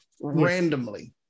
randomly